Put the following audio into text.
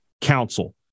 Council